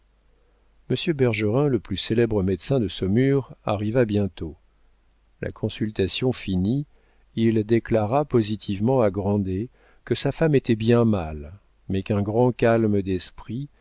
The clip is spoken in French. bergerin le plus célèbre médecin de saumur arriva bientôt la consultation finie il déclara positivement à grandet que sa femme était bien mal mais qu'un grand calme d'esprit